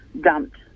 dumped